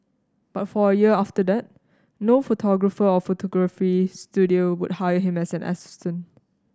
but for a year after that no photographer or photography studio would hire him as an assistant